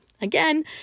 Again